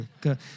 good